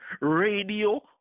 radio